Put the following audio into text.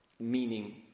Meaning